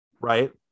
right